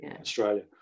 Australia